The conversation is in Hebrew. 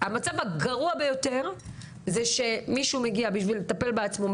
המצב הגרוע ביותר זה שמישהו מגיע בשביל לטפל בעצמו,